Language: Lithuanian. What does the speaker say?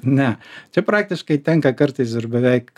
ne čiai praktiškai tenka kartais ir beveik